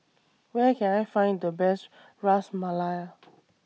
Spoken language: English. Where Can I Find The Best Ras Malai